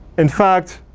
in fact,